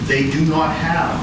they do not have